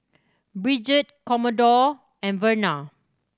Bridget Commodore and Verna